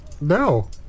No